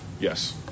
Yes